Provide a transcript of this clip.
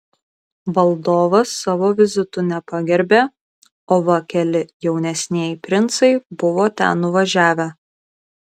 valdovas savo vizitu nepagerbė o va keli jaunesnieji princai buvo ten nuvažiavę